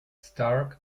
stark